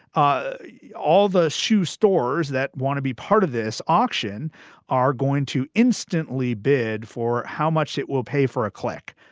ah all the shoe stores that want to be part of this auction are going to instantly bid for how much it will pay for a click.